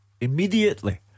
immediately